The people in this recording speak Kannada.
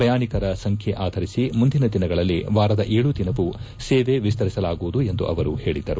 ಪ್ರಯಾಣಿಕರ ಸಂಖ್ಯೆ ಆಧರಿಸಿ ಮುಂದಿನ ದಿನಗಳಲ್ಲಿ ವಾರದ ಏಳು ದಿನವೂ ಸೇವೆ ವಿಸ್ತರಿಸಲಾಗುವುದು ಎಂದು ಅವರು ಹೇಳಿದರು